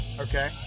Okay